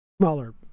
Smaller